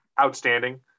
outstanding